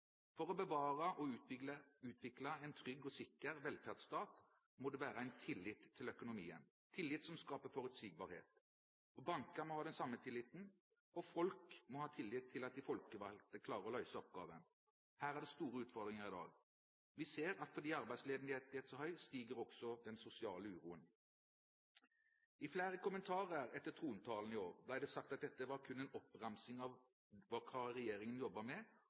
For å bevare og utvikle en trygg og sikker velferdsstat må det være en tillit til økonomien, en tillit som skaper forutsigbarhet. Banker må ha den samme tilliten, og folk må ha tillit til at de folkevalgte klarer å løse oppgaven. Her er det store utfordringer i dag. Vi ser at fordi arbeidsledigheten er så høy, stiger også den sosiale uroen. I flere kommentarer etter trontalen i år ble det sagt at dette var kun en oppramsing av hva regjeringen jobber med,